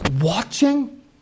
watching